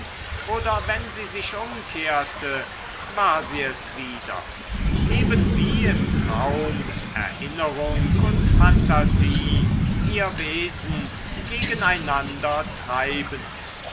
oder wenn sie sich umkehrte war sie es wieder eben wie im traum erinnerung und phantasie ihr wesen gegeneinander